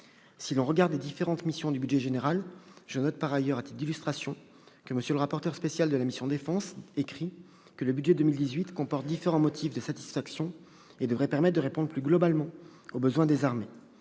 Si l'on regarde les différentes missions du budget général, je note par ailleurs, à titre d'illustration, que, selon le rapporteur spécial de la mission « Défense »,« le budget 2018 comporte différents motifs de satisfaction et devrait permettre de répondre globalement aux besoins des armées